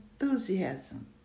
enthusiasm